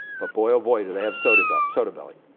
but boy, oh boy, do they have soda but soda belly.